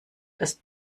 dass